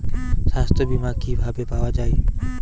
সাস্থ্য বিমা কি ভাবে পাওয়া যায়?